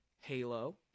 halo